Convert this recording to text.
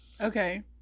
okay